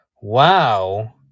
wow